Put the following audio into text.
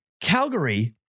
Calgary